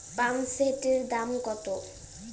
পাম্পসেটের দাম কত?